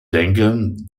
denke